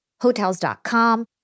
Hotels.com